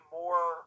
more